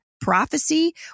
prophecy